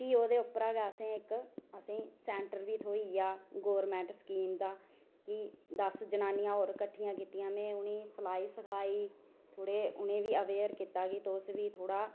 ते प्ही ओह्दे परा गै असें ई इक्क सैंटर बी थ्होई गेआ गौरमेंट स्कीम दा ते दस्स जनानियां में होर किट्ठियां कीतियां ते उ'नेंगी सिलाई सिखाई थोह्ड़ा उटनेंगी बी अवेयर कीता की तुस बी थोह्ड़ा